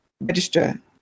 register